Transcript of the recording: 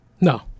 No